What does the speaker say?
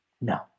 No